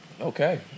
Okay